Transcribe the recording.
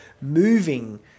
moving